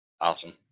Awesome